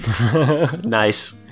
Nice